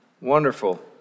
wonderful